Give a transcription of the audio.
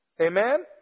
Amen